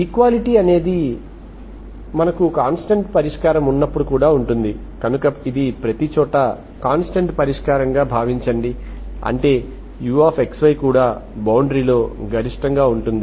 equality అనేది మనకు constant పరిష్కారం ఉన్నప్పుడు కూడా ఉంటుంది కనుక ఇది ప్రతిచోటా కాంస్టెంట్ పరిష్కారం గా భావించండి అంటే uxy కూడా బౌండరీ లో గరిష్టంగా ఉంటుంది